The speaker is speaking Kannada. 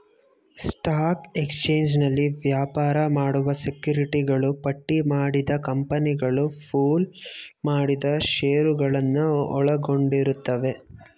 ಸ್ಟಾಕ್ ಎಕ್ಸ್ಚೇಂಜ್ನಲ್ಲಿ ವ್ಯಾಪಾರ ಮಾಡುವ ಸೆಕ್ಯುರಿಟಿಗಳು ಪಟ್ಟಿಮಾಡಿದ ಕಂಪನಿಗಳು ಪೂಲ್ ಮಾಡಿದ ಶೇರುಗಳನ್ನ ಒಳಗೊಂಡಿರುತ್ತವೆ